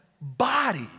body